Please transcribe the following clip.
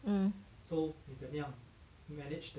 mm